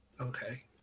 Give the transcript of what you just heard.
Okay